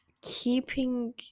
keeping